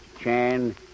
Chan